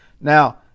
Now